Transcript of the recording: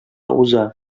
уза